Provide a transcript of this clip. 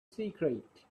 secret